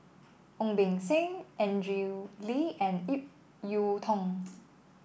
Ong Beng Seng Andrew Lee and Ip Yiu Tung